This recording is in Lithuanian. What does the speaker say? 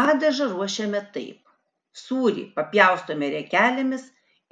padažą ruošiame taip sūrį papjaustome riekelėmis